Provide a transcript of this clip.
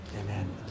Amen